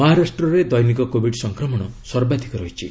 ମହାରାଷ୍ଟ୍ରରେ ଦୈନିକ କୋବିଡ ସଂକ୍ମଣ ସର୍ବାଧିକ ରହିଛି